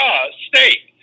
state